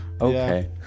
okay